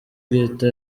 bwitwa